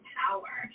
power